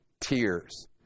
tears